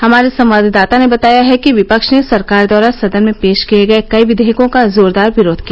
हमारे संवाददाता ने बताया है कि विपक्ष ने सरकार द्वारा सदन में पेश किए गए कई विघेयकों का जोरदार विरोध किया